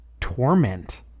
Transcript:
torment